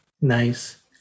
Nice